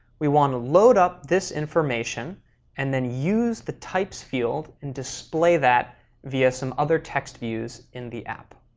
we want to load up this information and then use the types field and display that via some other text views in the app.